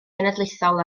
genedlaethol